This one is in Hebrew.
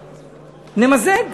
נמזג.